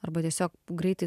arba tiesiog greitai